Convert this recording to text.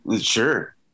Sure